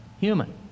human